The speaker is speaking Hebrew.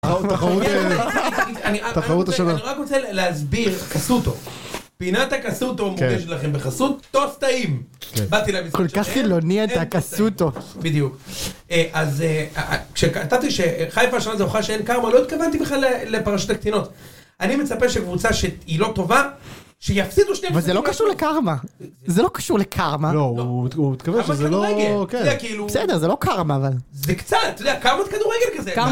היה תחרות אא -צחוקים- תחרות השנה, אני רק רוצה להסביר קסוטו, פינת הקסוטו מוקדשת לכם בחסות טוסט טעים. כל כך חילוני אתה קסוטו. בדיוק, אז כשקטטתי שחיפה השנה זה אוכל שאין קרמה, לא התכוונתי בכלל לפרשת הקטינות. אני מצפה שקבוצה שהיא לא טובה, שיפסידו שני, אבל זה לא קשור לקרמה, זה לא קשור לקרמה, לא הוא מתכוון שזה לא, כדורגל אתה יודע כאילו, בסדר זה לא קרמה אבל. זה קצת, אתה יודע, קרמת כדורגל כזה.